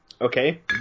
Okay